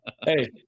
Hey